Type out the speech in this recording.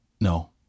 No